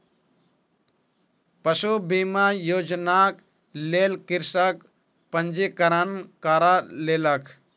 पशु बीमा योजनाक लेल कृषक पंजीकरण करा लेलक